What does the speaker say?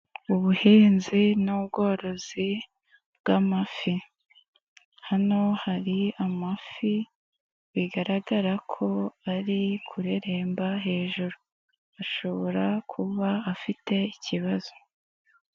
Ubuhinzi n'ubwo ubworozi bw'amafi, hano hari amafi bigaragara ko ari kureremba hejuru, ashobora kuba afite ikibazo.